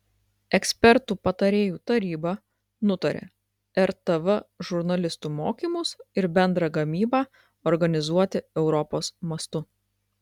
ekspertų patarėjų taryba nutarė rtv žurnalistų mokymus ir bendrą gamybą organizuoti europos mastu